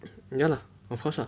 ya lah of course lah